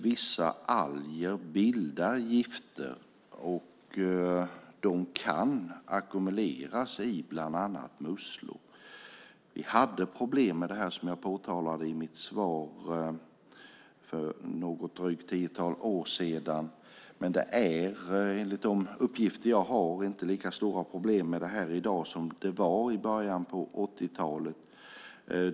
Vissa alger bildar gifter, och de kan ackumuleras i bland annat musslor. Vi hade problem med detta, som sägs i svaret, för drygt tio år sedan. Men det är, enligt de uppgifter som jag har, inte lika stora problem med detta i dag som det var i början av 80-talet.